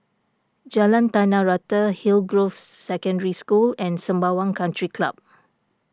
Jalan Tanah Rata Hillgrove Secondary School and Sembawang Country Club